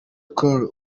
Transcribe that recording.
cole